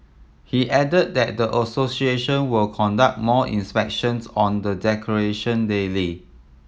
he added that the association will conduct more inspections on the decoration daily